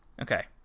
Okay